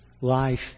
life